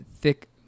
thick